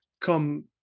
come